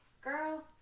girl